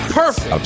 perfect